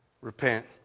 Repent